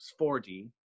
4D